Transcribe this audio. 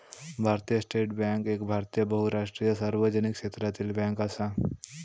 भारतीय State Bank एक भारतीय बहुराष्ट्रीय सार्वजनिक क्षेत्रातली बॅन्क असा